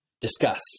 discuss